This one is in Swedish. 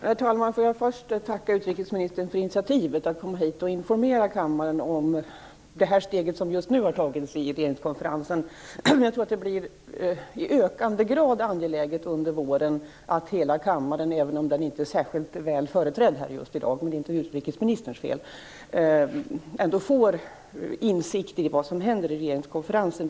Herr talman! Jag vill först tacka utrikesministern för initiativet att komma och informera kammaren om det steg som har tagits i regeringskonferensen just nu. Även om kammaren inte är så väl företrädd här i dag - och det är inte utrikesministerns fel - tror jag att det i ökande grad blir angeläget att hela kammaren under våren får insikt i vad som händer i regeringskonferensen.